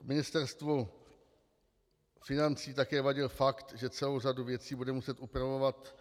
Ministerstvu financí také vadil fakt, že celou řadu věcí bude muset upravovat.